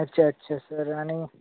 अच्छा अच्छा सर आणि